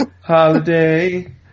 Holiday